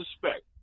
suspect